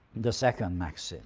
the second maxim